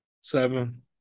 Seven